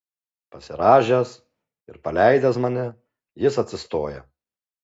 pasirąžęs ir paleidęs mane jis atsistoja